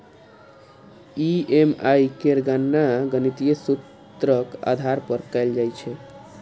EMI केर गणना गणितीय सूत्रक आधार पर कैल जाइ छै